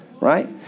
Right